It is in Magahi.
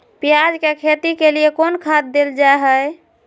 प्याज के खेती के लिए कौन खाद देल जा हाय?